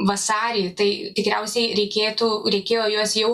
vasarį tai tikriausiai reikėtų reikėjo juos jau